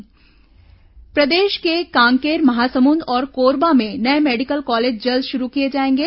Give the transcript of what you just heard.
हुमर ग्रामसभा प्रदेश के कांकेर महासमुंद और कोरबा में नये मेडिकल कॉलेज जल्द शुरू किए जाएंगे